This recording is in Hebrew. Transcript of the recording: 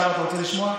עכשיו, אתה רוצה לשמוע?